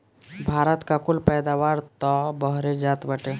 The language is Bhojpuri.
भारत का कुल पैदावार तअ बहरे जात बाटे